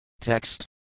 Text